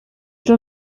mehr